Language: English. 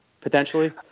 potentially